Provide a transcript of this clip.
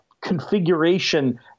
configuration